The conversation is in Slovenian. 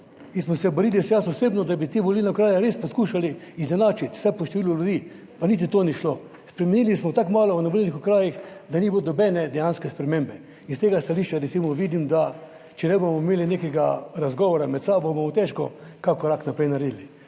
in smo se borili, jaz osebno, da bi te volilne okraje res poskušali izenačiti vsaj po številu ljudi, pa niti to ni šlo, spremenili smo tako malo v volilnih okrajih, da ni bilo nobene dejanske spremembe. In iz tega stališča recimo vidim, da če ne bomo imeli nekega razgovora med sabo, bomo težko kak korak naprej naredili.